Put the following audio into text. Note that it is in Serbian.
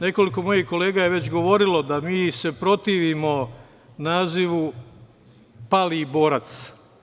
Nekoliko mojih kolega je već govorilo da mi se protivimo nazivu „pali borac“